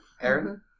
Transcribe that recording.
Aaron